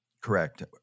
Correct